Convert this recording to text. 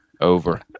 Over